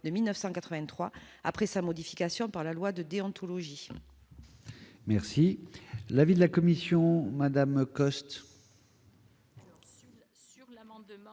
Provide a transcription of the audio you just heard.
de 1983 après sa modification par la loi de déontologie.